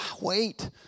wait